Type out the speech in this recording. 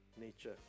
nature